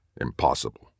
Impossible